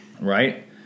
right